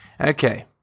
Okay